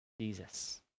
Jesus